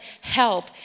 help